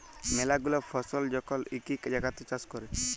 ম্যালা গুলা ফসল যখল ইকই জাগাত চাষ ক্যরে